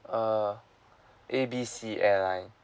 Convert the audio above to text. uh A B C airline